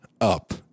Up